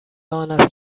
آنست